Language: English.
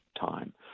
time